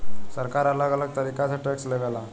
सरकार अलग अलग तरीका से टैक्स लेवे ला